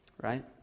Right